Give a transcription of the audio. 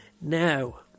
Now